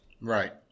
Right